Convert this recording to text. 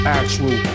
actual